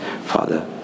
Father